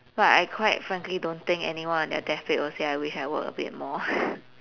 but I quite frankly don't think anyone on their deathbed would say I wish I worked a bit more